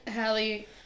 Hallie